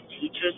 teachers